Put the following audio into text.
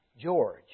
George